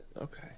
okay